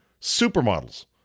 supermodels